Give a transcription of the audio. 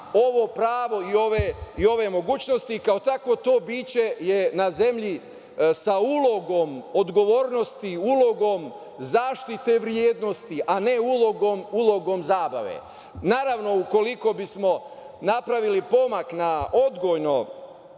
ovo pravo i ove mogućnosti i kao takvo to biće je na zemlji sa ulogom odgovornosti, ulogom zaštite vrednosti, a ne ulogom zabave. Naravno, ukoliko bismo napravili pomak na odgojno